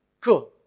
Cool